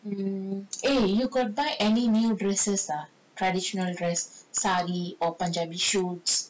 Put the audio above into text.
eh you got buy any new dresses ah traditional dress sari or punjabi suits